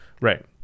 Right